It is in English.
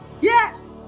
yes